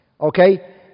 Okay